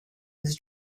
his